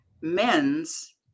Men's